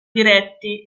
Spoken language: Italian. diretti